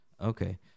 Okay